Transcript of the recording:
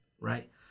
right